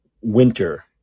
winter